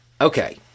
Okay